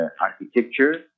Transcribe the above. architecture